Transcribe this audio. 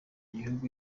gihugu